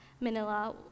Manila